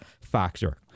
factor